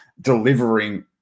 delivering